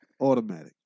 Automatic